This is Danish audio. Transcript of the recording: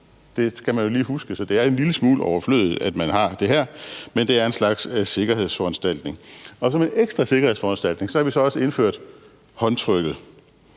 Det skal man lige huske på. Så det er en lille smule overflødigt, at man har det her, men det er en slags sikkerhedsforanstaltning. Og som en ekstra sikkerhedsforanstaltning har vi så også indført håndtrykket.